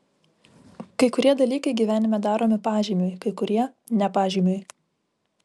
kai kurie dalykai gyvenime daromi pažymiui kai kurie ne pažymiui